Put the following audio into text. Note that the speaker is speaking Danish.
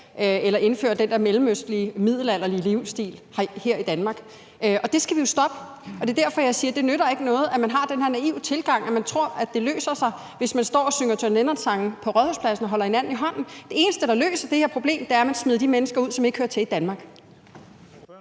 eller indføre den der mellemøstlige middelalderlige livsstil her i Danmark. Det skal vi jo stoppe. Det er derfor, jeg siger, at det ikke nytter noget, at man har den her naive tilgang, at man tror, at det løser sig, hvis man står og synger John Lennon-sange på Rådhuspladsen og holder hinanden i hånden. Det eneste, der løser det her problem, er, at man smider de mennesker ud, som ikke hører til i Danmark.